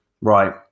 Right